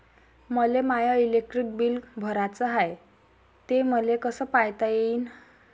मले माय electric bill भराचं हाय, ते मले कस पायता येईन?